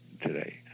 today